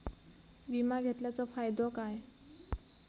विमा घेतल्याचो फाईदो काय?